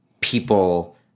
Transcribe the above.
people